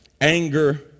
anger